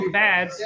bad